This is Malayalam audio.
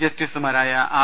ജസ്റ്റിസുമാരായ ആർ